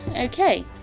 okay